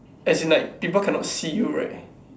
as in like people cannot see you right